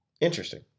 Interesting